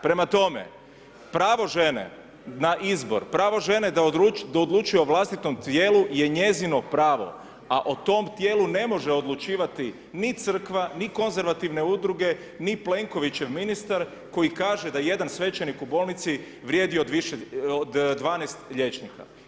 Prema tome, pravo žene na izbor, pravo žene da odlučuje o vlastitom tijelu je njezino pravo, a o tom tijelu ne može odlučivati ni Crkva, ni konzervativne Udruge, ni Plenkovićev ministar, koji kaže da jedan svećenik u bolnici vrijedi više od 12 liječnika.